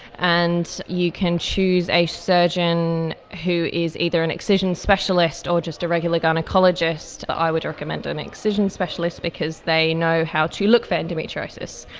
and you can choose a surgeon who is either an excision specialist or just a regular gynaecologist. i would recommend an um excision specialist because they know how to look for endometriosis.